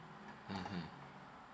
mmhmm